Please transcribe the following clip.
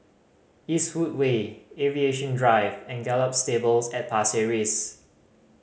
Eastwood Way Aviation Drive and Gallop Stables at Pasir Ris